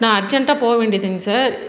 நான் அர்ஜன்ட்டாக போக வேண்டியதுங்க சார்